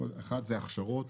אחד זה הכשרות.